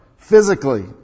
physically